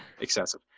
excessive